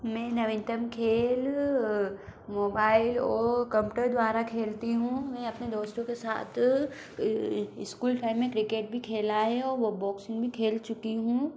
मैं नवीनतम खेल मोबाइलओं कम्पूटर द्वारा खेलती हूँ मैं अपने दोस्तों के साथ इस्कूल टाइम में क्रिकेट भी खेला है और वो बोक्सिंग भी खेल चुकी हूँ